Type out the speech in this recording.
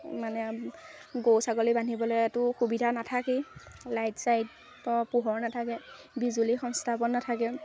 মানে গৰু ছাগলী বান্ধিবলৈতো সুবিধা নাথাকেই লাইট চাইট পোহৰ নাথাকে বিজুলী সংস্থাপন নাথাকে